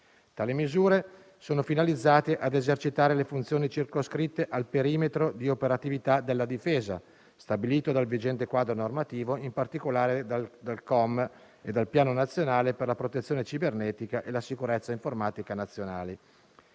Tali misure sono finalizzate a esercitare le funzioni circoscritte al perimetro di operatività della Difesa, stabilito dal vigente quadro normativo, in particolare dal COM e dal Piano nazionale per la protezione cibernetica e la sicurezza informatica nazionale.